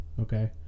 okay